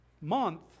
month